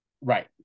Right